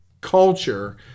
culture